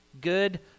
good